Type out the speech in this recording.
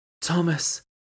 Thomas